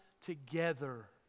Together